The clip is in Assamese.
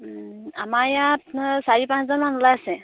আমাৰ ইয়াত চাৰি পাঁচজনমান ওলাইছে